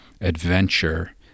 adventure